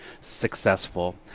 successful